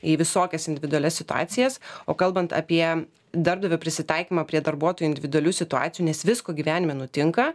į visokias individualias situacijas o kalbant apie darbdavio prisitaikymą prie darbuotojų individualių situacijų nes visko gyvenime nutinka